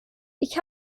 ich